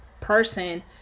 person